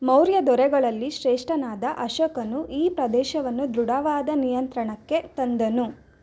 ಮೌರ್ಯ ದೊರೆಗಳಲ್ಲಿ ಶ್ರೇಷ್ಟನಾದ ಅಶೋಕನು ಈ ಪ್ರದೇಶವನ್ನು ದೃಢವಾದ ನಿಯಂತ್ರಣಕ್ಕೆ ತಂದನು